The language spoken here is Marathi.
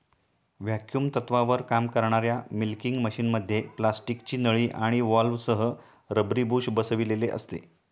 व्हॅक्युम तत्त्वावर काम करणाऱ्या मिल्किंग मशिनमध्ये प्लास्टिकची नळी आणि व्हॉल्व्हसह रबरी बुश बसविलेले असते